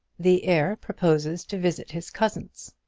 the heir proposes to visit his cousins.